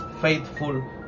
faithful